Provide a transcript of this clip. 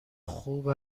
خوب